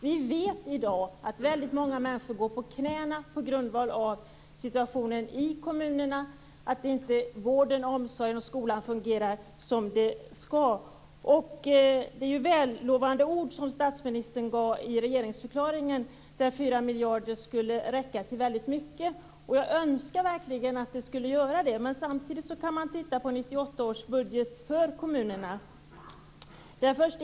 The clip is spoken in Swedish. Vi vet i dag att väldigt många människor går på knäna på grund av situationen i kommunerna samt att vården, omsorgen och skolan inte fungerar som de skall. Det är vällovliga ord som statsministern hade i regeringsförklaringen, där 4 miljarder kronor skall räcka till väldigt mycket. Jag önskar verkligen att de kunde göra det. Men samtidigt kan man titta på 1998 års budget för kommunerna.